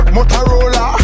Motorola